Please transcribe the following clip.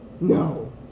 No